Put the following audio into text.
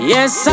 Yes